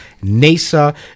NASA